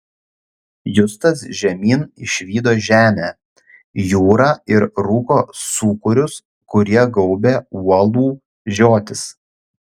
justas žemyn išvydo žemę jūrą ir rūko sūkurius kurie gaubė uolų žiotis